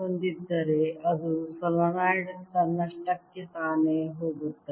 ಹೊಂದಿದ್ದರೆ ಅದು ಸೊಲೀನಾಯ್ಡ್ ತನ್ನಷ್ಟಕ್ಕೆ ತಾನೇ ಹೋಗುತ್ತದೆ